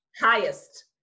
Highest